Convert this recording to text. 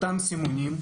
אותם סימונים.